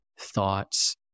thoughts